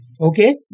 Okay